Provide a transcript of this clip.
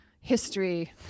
history